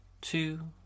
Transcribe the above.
Two